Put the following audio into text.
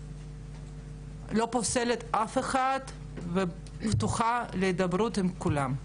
לא פוסלת אף אחד ופתוחה להידברות עם כולם.